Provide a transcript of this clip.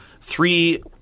three